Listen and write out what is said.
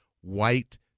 white